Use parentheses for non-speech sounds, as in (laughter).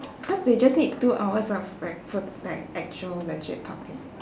cause they just need two hours of (noise) like actual legit talking